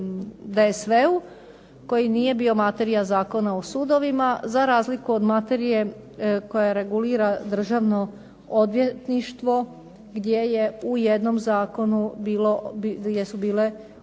DSV-u koji nije bio materija Zakona o sudovima za razliku od materije koja regulira državno odvjetništvo gdje su u jednom